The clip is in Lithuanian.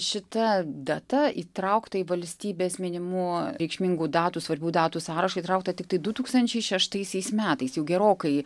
šita data įtraukta į valstybės minimų reikšmingų datų svarbių datų sąrašą įtraukta tiktai du tūkstančiai šeštaisiais metais jau gerokai